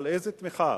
אבל איזו תמיכה,